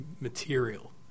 material